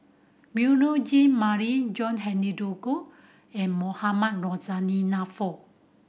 Beurel Jean Marie John Henry Duclo and Mohamed Rozani Naarof